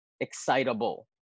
excitable